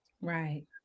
Right